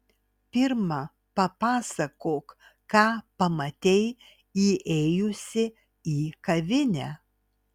pirma papasakok ką pamatei įėjusi į kavinę